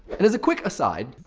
and as a quick aside,